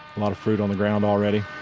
lot of fruit on the ground already.